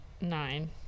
Nine